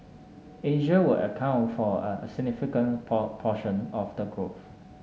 Asia will account for a significant proportion of the growth